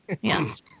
yes